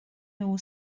nhw